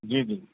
جی جی